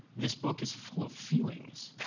this book is full of feelings.